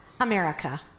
America